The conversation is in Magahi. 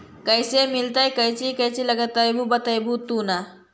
कैसे मिलतय कौची कौची लगतय बतैबहू तो न?